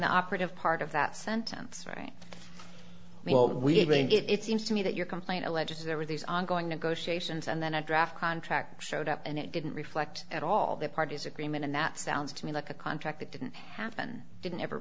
the operative part of that sentence right well we're going to get it seems to me that your complaint alleges there were these ongoing negotiations and then a draft contract showed up and it didn't reflect at all the parties agreement and that sounds to me like a contract that didn't happen didn't ever